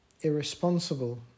irresponsible